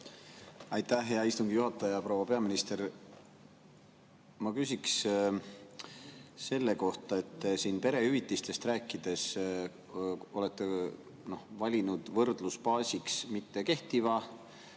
Aitäh, hea istungi juhataja! Proua peaminister! Ma küsin selle kohta, et siin perehüvitistest rääkides te olete valinud võrdlusbaasiks mitte kehtiva